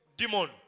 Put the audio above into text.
demon